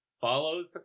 follows